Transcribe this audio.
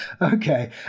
Okay